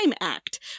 Act